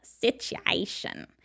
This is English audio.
Situation